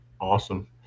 awesome